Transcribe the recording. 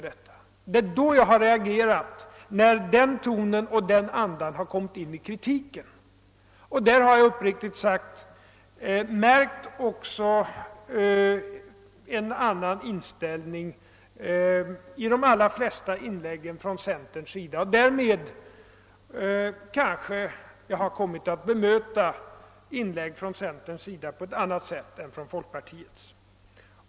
Det var när den tonen och den andan kom in i kritiken som jag reagerade. Uppriktigt sagt har jag märkt en annan inställning i de allra flesta inläggen från centerns sida. Därför har jag kanske kommit att bemöta centerns inlägg på ett annat sätt än inläggen från folkpartihåll.